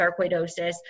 sarcoidosis